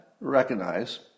recognize